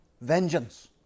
vengeance